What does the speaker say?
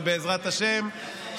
ובעזרת השם,